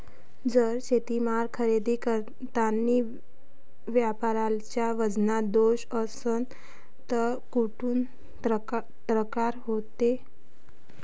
जर शेतीमाल खरेदी करतांनी व्यापाऱ्याच्या वजनात दोष असन त कुठ तक्रार करा लागन?